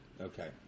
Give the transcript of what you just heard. Okay